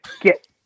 get